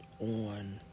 on